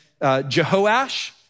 Jehoash